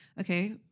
okay